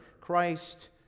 Christ